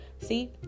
See